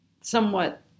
Somewhat